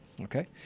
okay